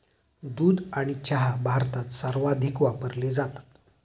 दूध आणि चहा भारतात सर्वाधिक वापरले जातात